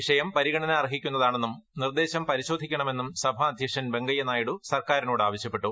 വിഷയം പരിഗണന അർഹിക്കുന്നത് ആണെന്നും നിർദ്ദേശം പരിശോധിക്കണമെന്നും സഭാ അധ്യക്ഷൻ വെങ്കയ്യ നായിഡു സർക്കാരിനോട് ആവശ്യപ്പെട്ടു